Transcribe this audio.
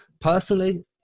Personally